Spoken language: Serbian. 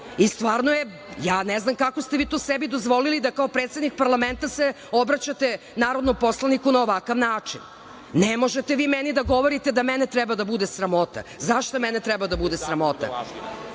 Srbije. Ne znam kako ste sebi dozvolili da kao predsednik parlamenta se obraćate narodnom poslaniku na ovakav način. Ne možete vi meni da govorite da mene treba da bude sramota. Za šta mene treba da bude sramota?